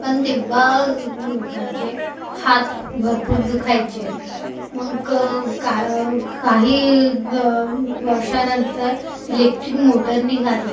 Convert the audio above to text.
पण तेव्हा लोकांचे हात भरपूर दुखायचे मग काय काही ग वर्षानंतर इलेक्ट्रिक मोटर निघाली